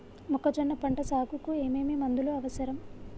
మొక్కజొన్న పంట సాగుకు ఏమేమి మందులు అవసరం?